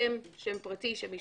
שם, שם פרטי, שם משפחה,